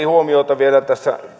huomiota vielä